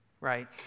Right